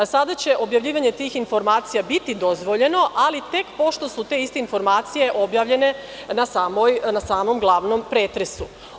Sada će objavljivanje tih informacija biti dozvoljeno, ali tek pošto su te iste informacije objavljene na samom glavnom pretresu.